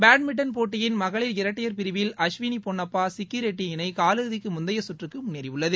badminton போட்டியின் மகளிர் இரட்டையர் பிரிவலி அஸ்வினி பொன்னப்பா சிக்கிரெட்டி இணை கால் இறுதிக்கு முந்தைய சுற்றுக்கு முன்னேறியுள்ளது